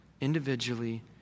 individually